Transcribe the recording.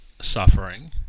suffering